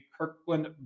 Kirkland